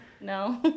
No